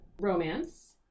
romance